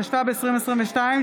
התשפ"ב 2022,